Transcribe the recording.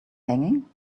hanging